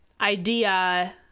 idea